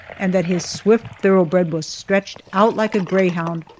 and that his swift thoroughbred was stretched out like a greyhound,